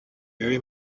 very